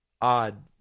odd